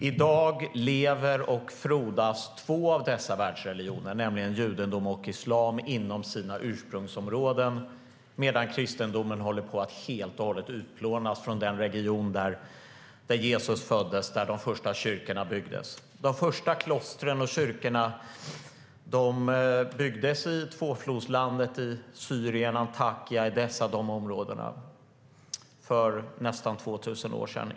I dag lever och frodas två av dessa världsreligioner, nämligen judendom och islam, inom sina ursprungsområden, medan kristendomen håller på att helt och hållet utplånas från den region där Jesus föddes och de första kyrkorna byggdes. De första klostren och kyrkorna byggdes i tvåflodslandet, Syrien, Antiokia, Edessa och andra områden för nästan 2 000 år sedan.